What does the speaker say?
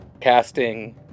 casting